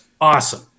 awesome